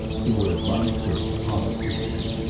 he would have run him through upon that instant.